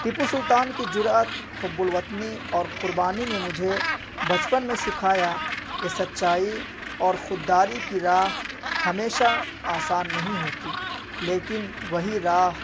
ٹیپو سلطان کی جرات حب الوطنی اور قربانی نے مجھے بچپن میں سکھایا کہ سچائی اور خوداری کی راہ ہمیشہ آسان نہیں ہوتی لیکن وہی راہ